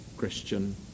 Christian